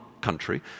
country